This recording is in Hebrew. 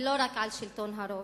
ולא רק על שלטון הרוב.